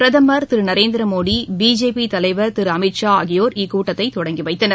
பிரதமர் திரு நரேந்திரமோடி பிஜேபி தலைவர் திரு அமித் ஷா ஆகியோர் இக்கூட்டத்தை தொடங்கி வைத்தனர்